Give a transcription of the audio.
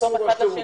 נעזור אחד לשני.